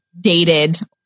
dated